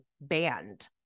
banned